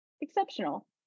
exceptional